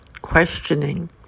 questioning